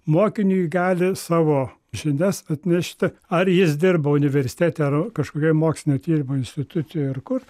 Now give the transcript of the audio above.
mokiniui gali savo žinias atnešti ar jis dirba universitete ar kažkokioj mokslinio tyrimo institucijoj ar kur